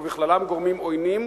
ובכללם גורמים עוינים,